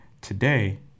Today